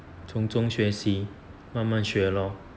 从中学习慢慢学咯